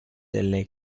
delle